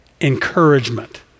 encouragement